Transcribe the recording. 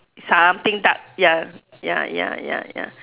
something dark ya ya ya ya ya